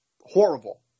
horrible